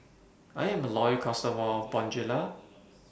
I'm A Loyal customer of Bonjela